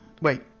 Wait